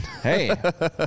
Hey